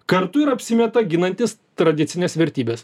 kartu ir apsimeta ginantis tradicines vertybes